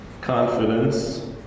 confidence